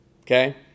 okay